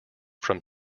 from